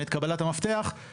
מעת קבלת המפתח,